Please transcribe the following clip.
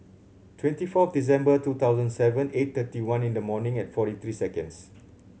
twenty four December two thousand seven eight thirty one in the morning and forty three seconds